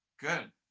Good